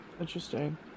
interesting